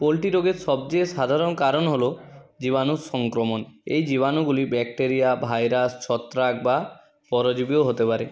poultry রোগের সবচেয়ে সাধারণ কারণ হলো জীবাণুর সংক্রমণ এই জীবাণুগুলি ব্যাকটেরিয়া ভাইরাস ছত্রাক বা পরজীবীও হতে পারে